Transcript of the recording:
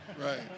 right